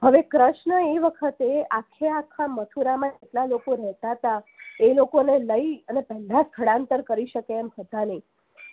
હવે કૃષ્ણ એ વખતે આખે આખા મથુરામાં એટલા લોકો રહેતા હતા એ લોકોને લઈ અને પહેલાં સ્થળાંતર કરી શકે એમ હતા નહીં